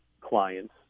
clients